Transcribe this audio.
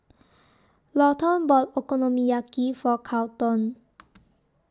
Lawton bought Okonomiyaki For Carlton